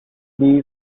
families